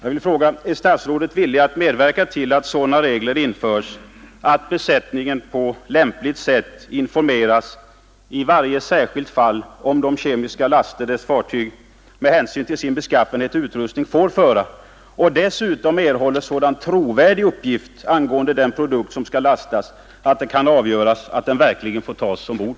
Är statsrådet villig medverka till att sådana regler införes att besättningen på lämpligt sätt informeras — i varje särskilt fall — om de kemiska laster som ett fartyg med hänsyn till sin beskaffenhet och utrustning får föra och dessutom erhåller sådan trovärdig uppgift angående den produkt som skall lastas att det kan avgöras om den verkligen får tas ombord?